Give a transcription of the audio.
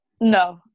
no